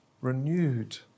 renewed